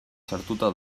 sartuta